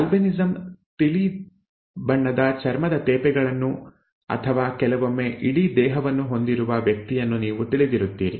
albinism ತಿಳಿ ಬಣ್ಣದ ಚರ್ಮದ ತೇಪೆಗಳನ್ನು ಅಥವಾ ಕೆಲವೊಮ್ಮೆ ಇಡೀ ದೇಹವನ್ನು ಹೊಂದಿರುವ ವ್ಯಕ್ತಿಯನ್ನು ನೀವು ತಿಳಿದಿರುತ್ತೀರಿ